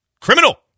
criminal